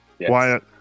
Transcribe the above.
Wyatt